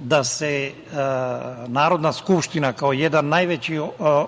da se Narodna skupština kao jedan najveći